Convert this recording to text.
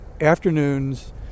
afternoons